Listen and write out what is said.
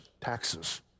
taxes